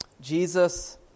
Jesus